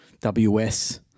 WS